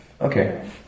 Okay